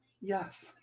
Yes